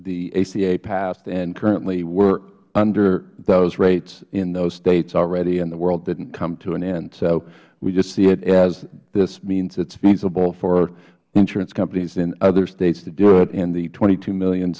aca passed and currently were under those rates in those states already and the world didn't come to an end so we just see it as this means it is feasible for insurance companies in other states to do it and the twenty two million